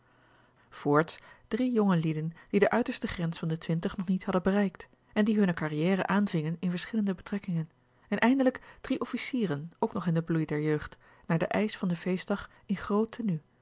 voorts drie jongelieden die de uiterste grens van de twintig nog niet hadden bereikt en die hunne carrière aanvingen in verschillende betrekkingen en eindelijk drie officieren ook nog in den bloei der jeugd naar den eisch van den feestdag in groot tenue